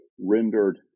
rendered